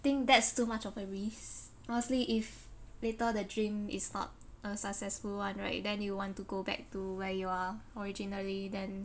think that's too much of a risk honestly if later the dream is not a successful [one] right then you want to go back to where you are originally then